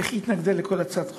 איך היא התנגדה לכל הצעת חוק?